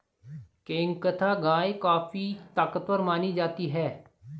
केंकथा गाय काफी ताकतवर मानी जाती है